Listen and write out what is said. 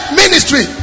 ministry